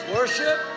Worship